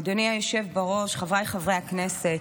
אדוני היושב-ראש, חבריי חברי הכנסת,